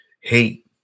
hate